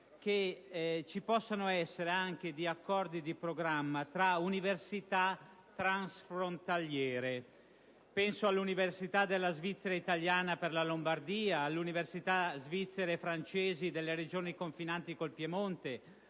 che possano essere stipulati persino accordi di programma tra università transfrontaliere: penso all'università della Svizzera italiana per la Lombardia, alle università svizzere e francesi delle regioni confinanti con il Piemonte,